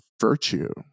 virtue